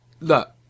look